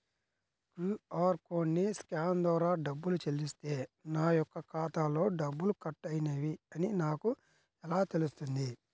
QR కోడ్ని scan ద్వారా డబ్బులు చెల్లిస్తే నా యొక్క ఖాతాలో డబ్బులు కట్ అయినవి అని నాకు ఎలా తెలుస్తుంది?